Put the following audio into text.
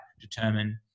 determine